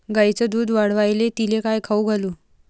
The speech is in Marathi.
गायीचं दुध वाढवायले तिले काय खाऊ घालू?